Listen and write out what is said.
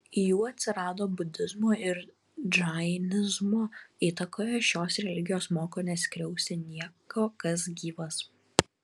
jų atsirado budizmo ir džainizmo įtakoje šios religijos moko neskriausti nieko kas gyvas